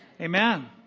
Amen